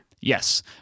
Yes